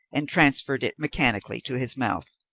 and transferred it mechanically to his mouth.